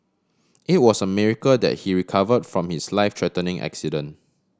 it was a miracle that he recovered from his life threatening accident